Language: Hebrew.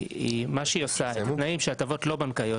מה שהיא עושה זה שהתנאים שההטבות לא בנקאיות,